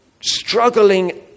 struggling